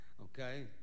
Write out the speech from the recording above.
okay